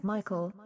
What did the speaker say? Michael